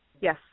Yes